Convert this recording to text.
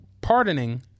Pardoning